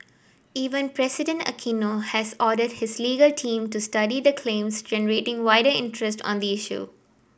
Even President Aquino has ordered his legal team to study the claims generating wider interest on the issue